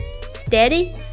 steady